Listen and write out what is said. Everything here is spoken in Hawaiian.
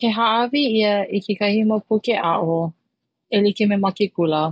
Ke haʻawi ia i kekahi mau puke aʻo e like me ma ke kula